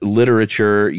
literature